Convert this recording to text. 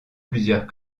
plusieurs